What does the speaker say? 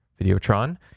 Videotron